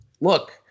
Look